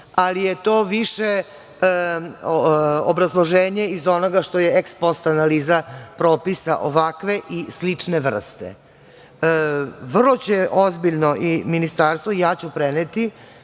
ali je to više obrazloženje iz onoga što je post analiza propisa ovakve i slične vrste. Vrlo će ozbiljno i ministarstvo i ja ću preneti